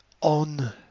on